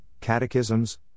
catechisms